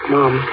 Mom